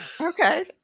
Okay